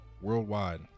worldwide